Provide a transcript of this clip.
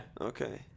Okay